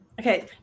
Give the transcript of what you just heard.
Okay